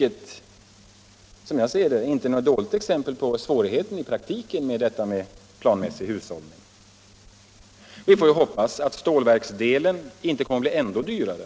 Detta är som jag ser det inget dåligt exempel på de praktiska svårigheterna när det gäller planmässig hushållning. Vi får hoppas att stålverksdelen inte kommer att bli ändå dyrare.